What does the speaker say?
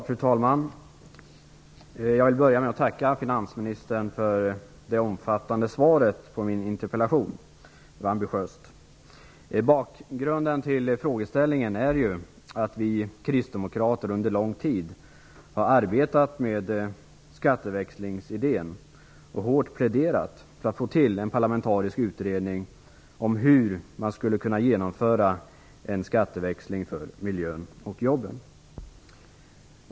Fru talman! Jag vill börja med att tacka finansministern för det omfattande svaret på min interpellation. Det var ambitiöst. Bakgrunden till frågan är att vi kristdemokrater under lång tid har arbetat med skatteväxlingsidén och hårt pläderat för att få till stånd en parlamentarisk utredning om hur man skulle kunna genomföra en skatteväxling för miljön och jobben.